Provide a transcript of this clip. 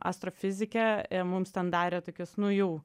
astrofizike mums ten darė tokius nu jau